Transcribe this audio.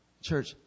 church